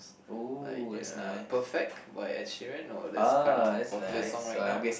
like uh Perfect by Ed Sheeran know that's kind of a popular song right now